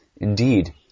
Indeed